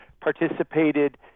participated